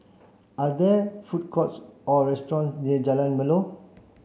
are there food courts or restaurant near Jalan Melor